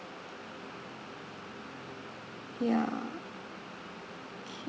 ya okay